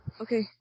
Okay